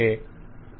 okay